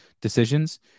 decisions